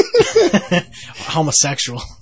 Homosexual